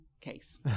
case